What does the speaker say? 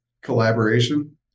collaboration